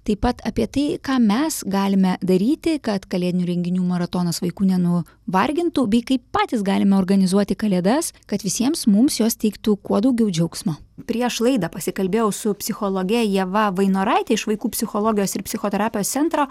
taip pat apie tai ką mes galime daryti kad kalėdinių renginių maratonas vaikų nenuvargintų bei kaip patys galime organizuoti kalėdas kad visiems mums jos teiktų kuo daugiau džiaugsmo prieš laidą pasikalbėjau su psichologe ieva vainoraite iš vaikų psichologijos ir psichoterapijos centro